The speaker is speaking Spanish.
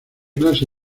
clase